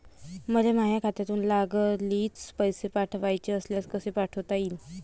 मले माह्या खात्यातून लागलीच पैसे पाठवाचे असल्यास कसे पाठोता यीन?